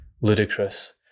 ludicrous